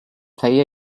player